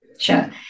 Sure